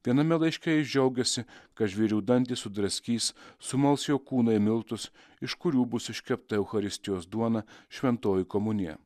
viename laiške jis džiaugėsi kad žvėrių dantys sudraskys sumals jo kūną į miltus iš kurių bus iškepta eucharistijos duona šventoji komunija